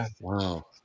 wow